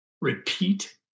Repeat